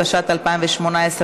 התשע"ט 2018,